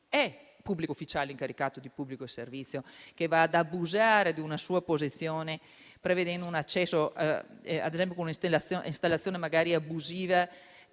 pubblico ufficiale, incaricato di pubblico servizio, che abusar di una sua posizione, prevedendo un accesso, ad esempio con un'installazione abusiva